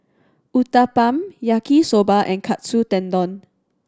Uthapam Yaki Soba and Katsu Tendon